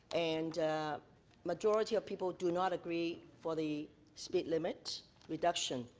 and majority of people do not agree for the speed limit reduction.